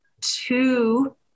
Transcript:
two